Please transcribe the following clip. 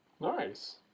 Nice